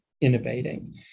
innovating